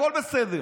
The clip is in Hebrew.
הכול בסדר.